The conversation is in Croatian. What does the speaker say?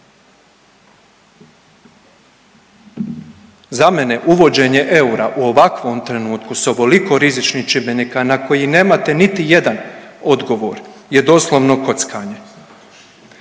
Za mene uvođenje eura u ovakvom trenutku s ovoliko rizičnih čimbenika na koji nemate niti jedan odgovor je doslovno kockanje.